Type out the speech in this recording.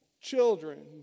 Children